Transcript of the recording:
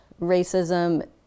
racism